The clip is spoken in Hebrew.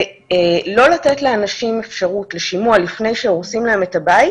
ולא לתת לאנשים אפשרות לשימוע לפני שהורסים להם את הבית